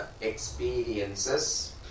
experiences